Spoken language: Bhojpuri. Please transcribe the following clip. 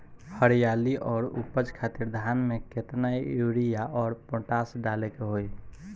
हरियाली और उपज खातिर धान में केतना यूरिया और पोटाश डाले के होई?